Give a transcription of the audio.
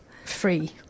Free